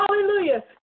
Hallelujah